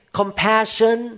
compassion